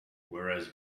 whereas